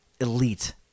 elite